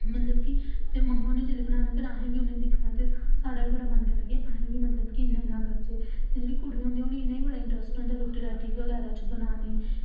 ते मतलब की मम्मा नै जैल्ले बनाने ते असें दिक्खना की ते साढ़ा बी बड़ा मन करना की अस बी इंया इंया करचै ते कुड़ियां होंदियां इनेंगी बी बड़ा इंटरस्ट होंदा रुट्टी दा ते चुल्हे बगैरा बनाने